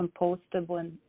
compostable